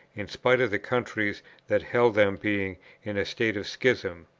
in spite of the countries that held them being in a state of schism!